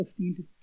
15